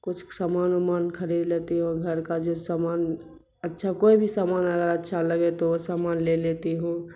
کچھ سامان اومان خرید لیتی ہوں گھر کا جو سامان اچھا کوئی بھی سامان اگر اچھا لگے تو وہ سامان لے لیتی ہوں